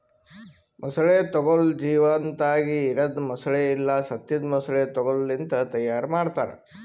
ಮೊಸಳೆ ತೊಗೋಲ್ ಜೀವಂತಾಗಿ ಇರದ್ ಮೊಸಳೆ ಇಲ್ಲಾ ಸತ್ತಿದ್ ಮೊಸಳೆ ತೊಗೋಲ್ ಲಿಂತ್ ತೈಯಾರ್ ಮಾಡ್ತಾರ